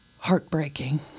Heartbreaking